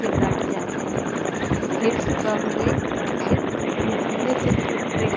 फिर बैठ जाते हैं फिर सुबह हुआ फिर वह घूमने चले जाते हैं